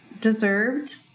deserved